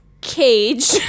cage